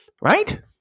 Right